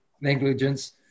negligence